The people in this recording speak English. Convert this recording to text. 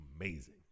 Amazing